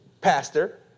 Pastor